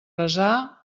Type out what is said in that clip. resar